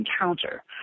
encounter